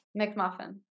McMuffin